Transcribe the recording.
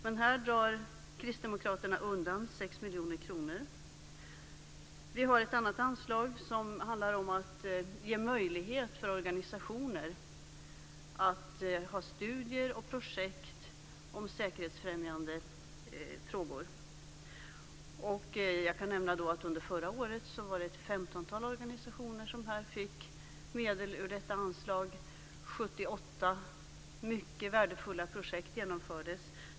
Men här drar Vi har ett annat anslag som handlar om att ge möjlighet för organisationer att bedriva studier och projekt om säkerhetsfrämjande frågor. Jag kan nämna att det under förra året var ett femtontal organisationer som fick medel ur detta anslag. 78 mycket värdefulla projekt genomfördes.